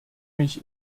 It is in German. mich